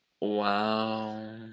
Wow